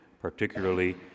particularly